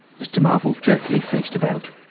mr. marvel jerkily faced about.